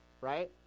right